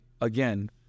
again